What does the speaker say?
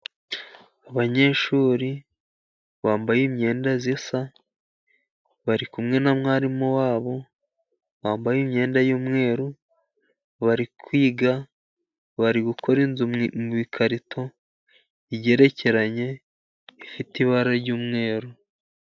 Abanyeshuri bambaye imyenda isa, bari kumwe na mwarimu wabo wambaye imyenda y'umweru bari kwiga, bari gukora inzu mu ikarito igerekeranye ifite ibara ry'umweru.